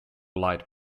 light